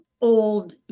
old